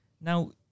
now